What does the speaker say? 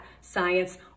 science